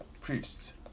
priests